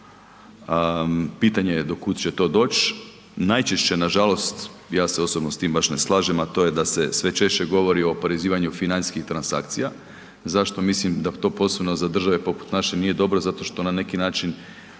Pitanje je do kuda će to doći. Najčešće nažalost, ja se osobno s tim baš ne slažem, a to je da se sve češće govori o oporezivanju financijskih transakcija. Zašto mislim da to za države poput naše nije dobro, zato što na neki način